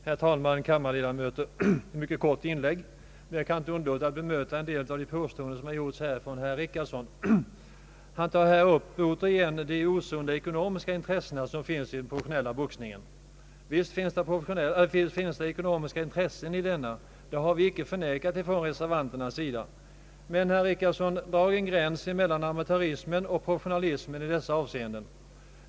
Herr talman, kammarledamöter! Ett mycket kort inlägg. Jag kan inte underlåta att bemöta en del av de påståenden som herr Richardson gjorde. Han tog återigen upp de osunda ekonomiska intressen som skulle finnas i den professionella boxningen. Visst finns det ekonomiska intressen i denna, och det har vi reservanter inte förnekat. Men, herr Richardson, dra en gräns mellan amatörismen och profes sionalismen i detta avseende!